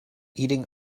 eating